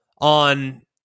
on